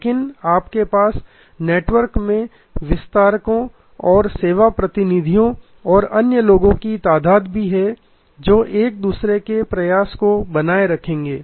लेकिन आपके पास नेटवर्क में वितरकों और सेवा प्रतिनिधियों और अन्य लोगों की तादाद भी है जो एक दूसरे के प्रयास को बनाए रखेंगे